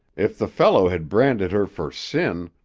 if the fellow had branded her for sin,